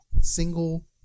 single